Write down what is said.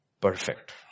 perfect